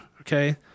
okay